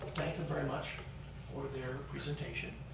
thank them very much for their presentation,